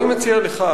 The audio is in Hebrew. אני מציע לך,